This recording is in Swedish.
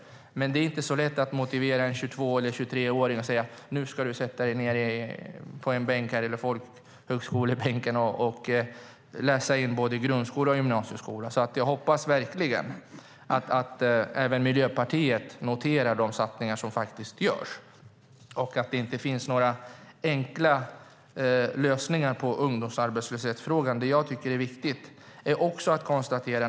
Men det är inte så lätt att motivera en 22 eller 23-åring och säga: Nu ska du sätta dig vid folkhögskolebänken och läsa in både grundskola och gymnasieskola. Jag hoppas att även Miljöpartiet noterar de satsningar som görs och att det inte finns några enkla lösningar på ungdomsarbetslöshetsfrågan. Fru talman!